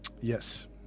yes